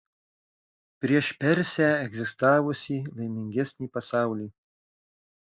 prieš persę egzistavusį laimingesnį pasaulį